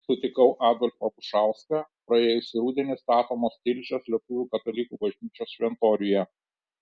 sutikau adolfą bušauską praėjusį rudenį statomos tilžės lietuvių katalikų bažnyčios šventoriuje